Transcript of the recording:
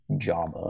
Java